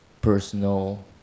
personal